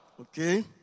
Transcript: Okay